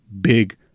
big